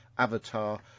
avatar